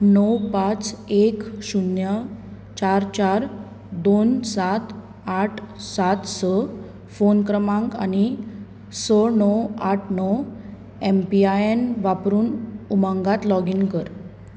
णव पांच एक शुन्य चार चार दोन सात आठ सात स फोन क्रमांक आनी स णव आठ णव एमपीआयएन वापरून उमंगात लॉगीन कर